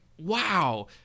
wow